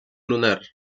lunar